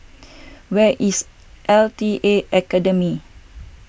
where is L T A Academy